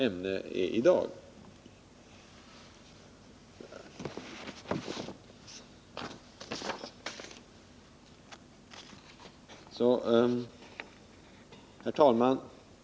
Herr talman!